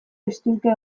eztulka